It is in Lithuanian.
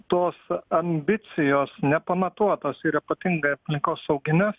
tos ambicijos nepamatuotos ir ypatingai aplinkosaugines